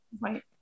Right